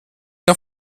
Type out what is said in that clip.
der